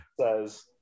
says